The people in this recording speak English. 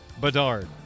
Bedard